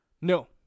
No